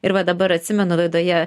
ir va dabar atsimenu laidoje